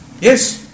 Yes